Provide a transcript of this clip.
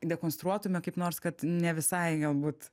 dekonstruotume kaip nors kad ne visai galbūt